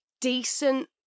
decent